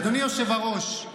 אדוני היושב-ראש,